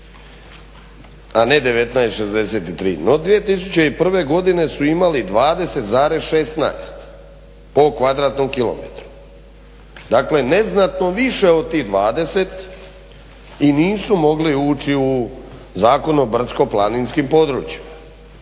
a ne 19,63. 2001.godine su imali 20,16 po kvadratnom kilometru. Dakle neznatno više od tih 20 i nisu mogli ući u Zakon o brdsko-planinskim područjima.